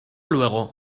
luego